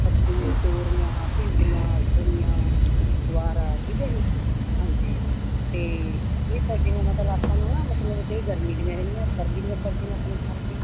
ਕੱਦੂ ਤੋਰੀਆਂ ਭਿੰਡੀਆਂ ਫਲੀਆਂ ਗੁਆਰਾ ਠੀਕ ਹੈ ਜੀ ਹਾਂਜੀ ਅਤੇ ਇਹ ਸਬਜ਼ੀਆਂ ਮਤਲਬ ਆਪਾਂ ਨੂੰ ਨਾ ਮਤਲਬ ਕਈ ਗਰਮੀ ਦੀਆਂ ਹੈਗੀਆਂ ਸਰਦੀ ਦੀਆਂ ਸਬਜ਼ੀਆਂ ਆਪਣੇ ਕਰਕੇ